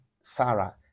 Sarah